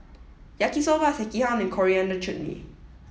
Yaki Soba Sekihan and Coriander Chutney